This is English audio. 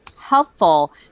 helpful